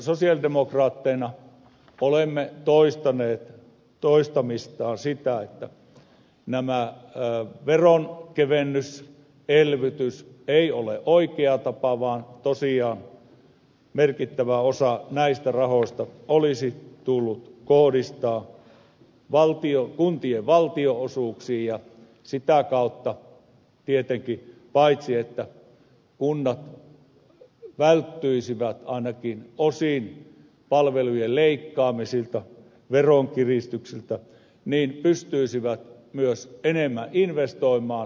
sosialidemokraatteina olemme toistaneet toistamistaan sitä että tämä veronkevennyselvytys ei ole oikea tapa vaan tosiaan merkittävä osa näistä rahoista olisi tullut kohdistaa kuntien valtionosuuksiin ja sitä kautta kunnat tietenkin paitsi että ne välttyisivät ainakin osin palvelujen leikkaamiselta veronkiristyksiltä ne pystyisivät myös enemmän investoimaan